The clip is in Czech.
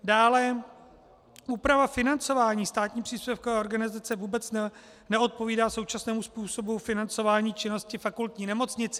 Dále, úprava financování státní příspěvkové organizace vůbec neodpovídá současnému způsobu financování činnosti fakultní nemocnice.